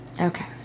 Okay